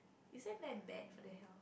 isn't that bad for the hell